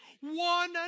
one